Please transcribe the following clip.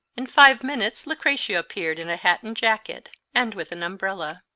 in five minutes lucretia appeared in a hat and jacket, and with an umbrella.